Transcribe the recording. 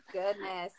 goodness